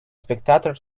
spectator